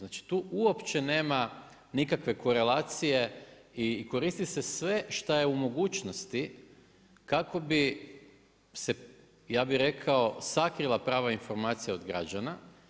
Znači tu uopće nema nikakve korelacije i koristi se sve šta je u mogućnosti kako bi se ja bi rekao sakrila prava informacija od građana.